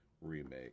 remake